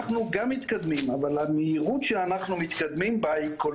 אנחנו גם מתקדמים אבל המהירות שאנחנו מתקדמים בה היא כל